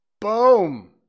Boom